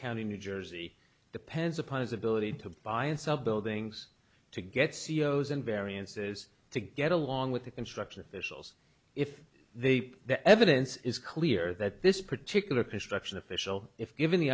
county new jersey depends upon his ability to buy and sell buildings to get ceo's and variances to get along with the construction visuals if they the evidence is clear that this particular case traction official if given the